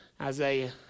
Isaiah